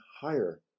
higher